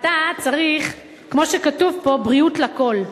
אתה צריך, כמו שכתוב פה, "בריאות לכול".